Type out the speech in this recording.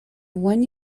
one